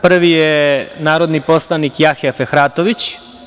Prvi je narodni poslanik Jahja Fehratović.